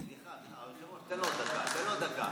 היושב-ראש, תן לו דקה.